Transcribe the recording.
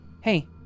Hey